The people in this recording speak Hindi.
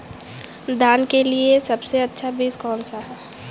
धान के लिए सबसे अच्छा बीज कौन सा है?